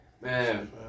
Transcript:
man